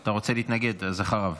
אתה רוצה להתנגד אז אחריו.